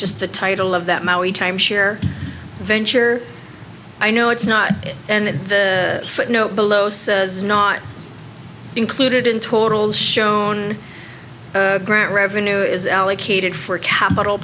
just the title of that maui timeshare venture i know it's not and the footnote below says not included in totals shown revenue is allocated for capital